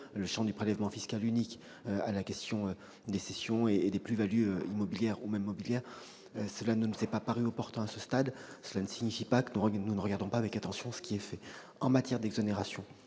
du champ du prélèvement fiscal unique aux cessions et aux plus-values immobilières ou même mobilières. Cela ne nous est pas paru opportun à ce stade, mais cela ne signifie pas que nous ne regardons pas avec attention ce qui est fait. En matière d'exonérations,